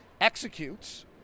executes –